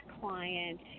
client